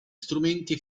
strumenti